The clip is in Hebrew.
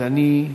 ואני,